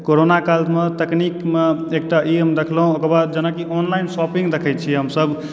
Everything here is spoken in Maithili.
कोरोना कालमऽ तकनीकीमऽ एकटा ई हम देखलहुँ ओकर बाद जेनाकि ऑनलाइन शॉपिंग देखय छियै हमसभ